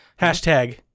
hashtag